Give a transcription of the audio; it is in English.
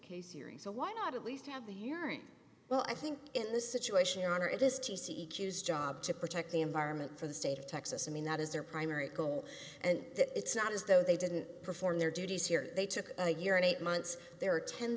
case series so why not at least have the hearing well i think in the situation honor it is t c choose job to protect the environment for the state of texas i mean that is their primary goal and it's not as though they didn't perform their duties here they took a year and eight months there